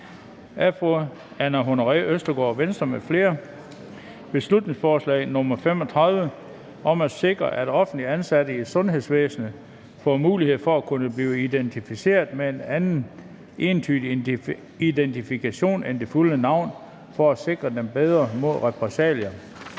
nr. B 35 (Forslag til folketingsbeslutning om at sikre, at offentligt ansatte i sundhedsvæsenet får mulighed for at kunne blive identificeret med en anden entydig identifikation end det fulde navn, for at sikre dem bedre mod repressalier).